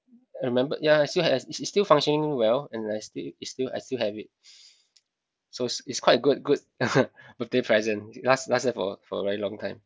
I remembered ya I still has it it's still functioning well and I still it's still I still have it so it's quite good good birthday present last lasted for for a very long time